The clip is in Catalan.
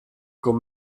com